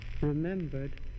remembered